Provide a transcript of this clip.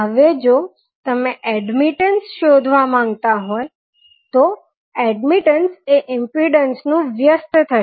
હવે જો તમે એડમીટન્સ શોધવા માંગતા હોય તો એડમીટન્સ એ ઇમ્પીડન્સનું વ્યસ્ત થશે